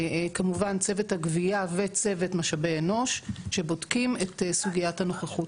כמובן צוות הגבייה וצוות משאבי אנוש שבודקים את סוגיית הנוכחות.